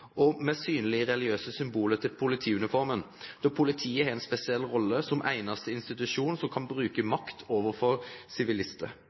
tillatt med synlige religiøse symboler på politiuniformen, da politiet har en spesiell rolle som eneste institusjon som kan bruke makt overfor sivilister.